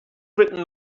written